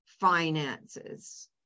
finances